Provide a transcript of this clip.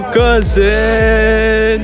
cousin